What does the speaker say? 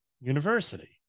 university